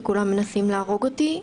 שכולם מנסים להרוג אותי.